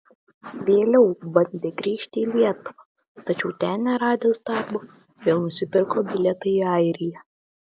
vėliau bandė grįžti į lietuvą tačiau ten neradęs darbo vėl nusipirko bilietą į airiją